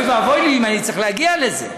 אוי ואבוי לי אם אני צריך להגיע לזה.